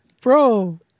Bro